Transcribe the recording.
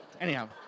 anyhow